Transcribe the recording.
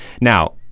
Now